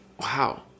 Wow